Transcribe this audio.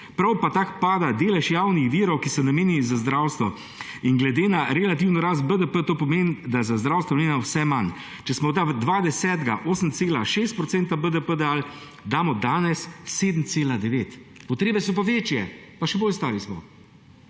prav tako pa pada delež javnih virov, ki so namenjeni za zdravstvo. In glede na relativno rast BDP to pomeni, da je za zdravstvo namenjeno vse manj. Če smo leta 2010 dali 8,6 % BDP, damo danes 7,9 %, potrebe so pa večje pa še bolj stari smo.